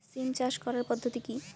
সিম চাষ করার পদ্ধতি কী?